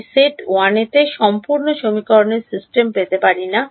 আমি সেট 1 তে সম্পূর্ণ সমীকরণের সিস্টেম পেতে পারি না